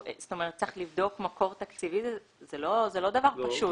צריך לבדוק מקור תקציבי, זה לא דבר פשוט.